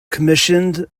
commissioned